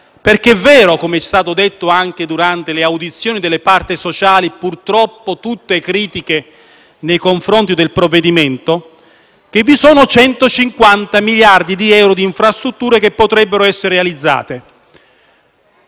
infatti vero, come è stato detto durante le audizioni delle parti sociali, purtroppo tutte critiche nei confronti del provvedimento, che vi sono 150 miliardi di euro di infrastrutture che potrebbero essere realizzate.